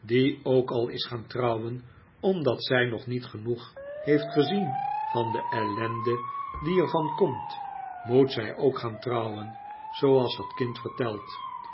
ook al is gaan trouwen omdat zij nog niet genoeg heeft gezien van de ellende die er van komt moet zij ook gaan trouwen zooals dat kind vertelt